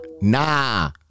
nah